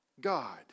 God